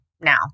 now